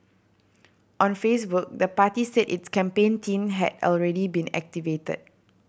on Facebook the party said its campaign team had already been activated